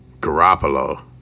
Garoppolo